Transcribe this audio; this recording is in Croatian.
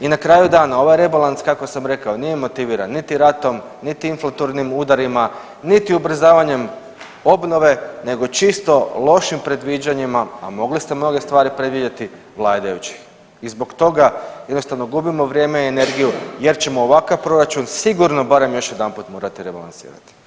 I na kraju dana, ovaj rebalans kako sam rekao nije motiviran niti ratom, niti inflatornim udarima, niti ubrzavanjem obnove nego čisto lošim predviđanjima, a mogli ste mnoge stvari predvidjeti vladajući i zbog toga jednostavno gubimo vrijeme i energiju jer ćemo ovakav proračun sigurno barem još jedanput morati rebalansirati.